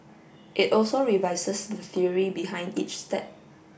it also revises the theory behind each step